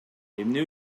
эмне